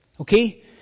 Okay